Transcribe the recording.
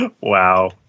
Wow